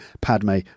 Padme